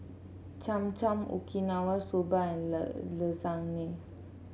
Cham Cham Okinawa Soba and Lasagne